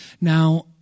Now